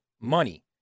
money